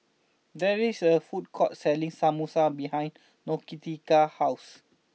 there is a food court selling Samosa behind Nautica's house